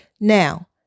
Now